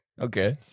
Okay